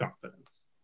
confidence